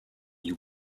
you